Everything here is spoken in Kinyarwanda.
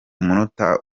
umunota